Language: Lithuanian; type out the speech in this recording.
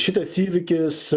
šitas įvykis